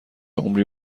عمری